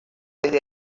desde